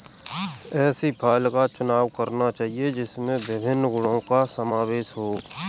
ऐसी फसल का चुनाव करना चाहिए जिसमें विभिन्न गुणों का समावेश हो